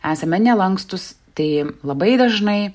esame nelankstūs tai labai dažnai